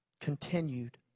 continued